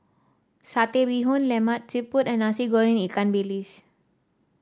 Satay Bee Hoon Lemak Siput and Nasi Goreng Ikan Bilis